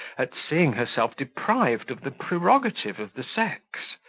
at seeing herself deprived of the prerogative of the sex.